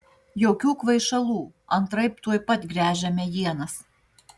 jokių kvaišalų antraip tuoj pat gręžiame ienas